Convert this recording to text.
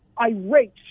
irate